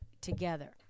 together